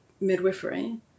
Midwifery